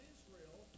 Israel